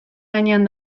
gainean